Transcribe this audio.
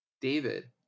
David